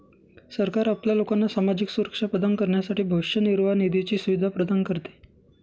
सरकार आपल्या लोकांना सामाजिक सुरक्षा प्रदान करण्यासाठी भविष्य निर्वाह निधीची सुविधा प्रदान करते